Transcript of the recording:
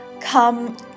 Come